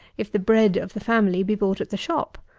if the bread of the family be bought at the shop.